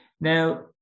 Now